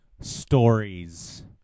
stories